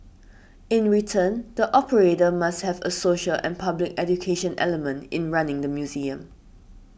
in return the operator must have a social and public education element in running the museum